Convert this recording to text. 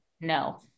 no